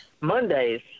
Mondays